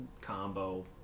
combo